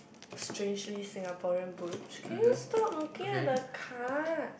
Strangely Singaporean brooch can you stop looking at the card